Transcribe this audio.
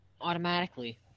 automatically